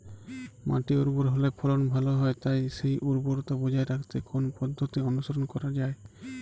মাটি উর্বর হলে ফলন ভালো হয় তাই সেই উর্বরতা বজায় রাখতে কোন পদ্ধতি অনুসরণ করা যায়?